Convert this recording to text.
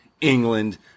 England